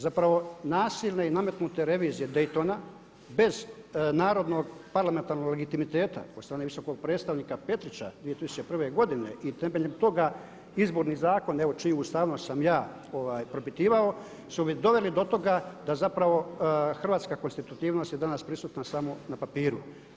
Zapravo nasilno i nametnute revizije Daytona bez narodnog parlamentarnog legitimiteta od strane visokog predstavnika Petrića 2001. godine i temeljem toga izborni zakon evo čiju ustavnost sam ja propitivao su doveli do toga da zapravo hrvatska konstitutivnost je danas prisutna samo na papiru.